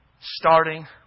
starting